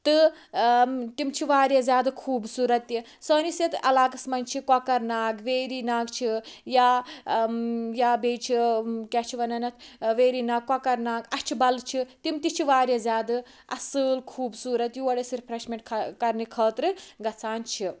تہٕ تِم چھِ واریاہ زیادٕ خوٗبصورَت تہِ سٲنِس یَتھ عَلاقَس مَنٛز چھِ کۄکَر ناگ ویری ناگ چھِ یا یا بیٚیہِ چھِ کیاہ چھِ وَنان اَتھ ویری ناگ کۄکَر ناگ اَچھِ بَل چھِ تِم تہِ چھِ واریاہ زیادٕ اصل خوٗبصورَت یور أسۍ رِفریٚشمنٹ کَرنہٕ خٲطرٕ گَژھان چھِ